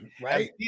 right